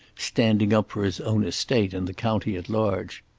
standing up for his own estate and the county at large.